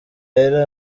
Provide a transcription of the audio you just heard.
yari